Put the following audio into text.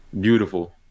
beautiful